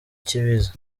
cy’ibiza